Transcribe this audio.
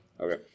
Okay